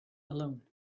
alone